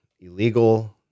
illegal